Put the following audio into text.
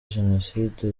genocide